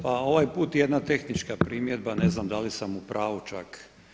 Pa ovaj put jedna tehnička primjedba, ne znam da li sam u pravu čak.